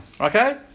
Okay